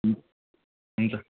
हुन्छ